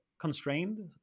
constrained